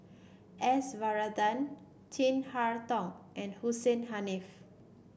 S Varathan Chin Harn Tong and Hussein Haniff